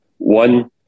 One